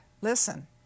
listen